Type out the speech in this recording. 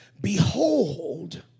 Behold